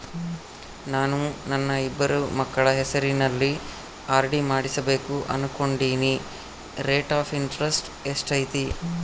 ನಾನು ನನ್ನ ಇಬ್ಬರು ಮಕ್ಕಳ ಹೆಸರಲ್ಲಿ ಆರ್.ಡಿ ಮಾಡಿಸಬೇಕು ಅನುಕೊಂಡಿನಿ ರೇಟ್ ಆಫ್ ಇಂಟರೆಸ್ಟ್ ಎಷ್ಟೈತಿ?